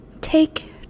Take